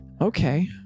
Okay